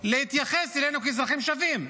להתייחס אלינו כאזרחים שווים.